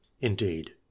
Indeed